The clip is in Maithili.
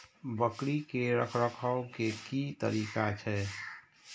बकरी के रखरखाव के कि तरीका छै?